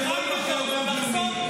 זה כתם שלא יימחה על בנק לאומי.